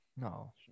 No